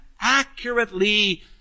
accurately